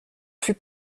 fus